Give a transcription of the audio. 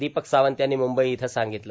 दोपक सावंत यांनी मुंबई इथं सांगितलं